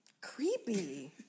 creepy